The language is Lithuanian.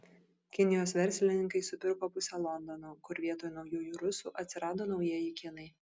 kinijos verslininkai supirko pusę londono kur vietoj naujųjų rusų atsirado naujieji kinai